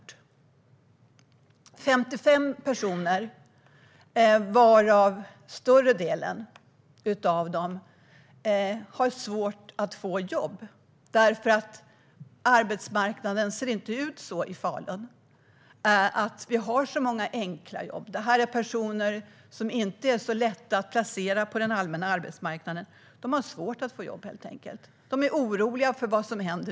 Det handlar om 55 personer av vilka de flesta har svårt att få jobb eftersom det inte finns så många enkla jobb på arbetsmarknaden i Falun. Det är personer som inte är lätta att placera på den allmänna arbetsmarknaden; de har helt enkelt svårt att få jobb. Nu är de oroliga för vad som ska hända.